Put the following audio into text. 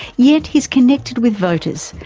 yet he has connected with voters,